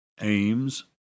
aims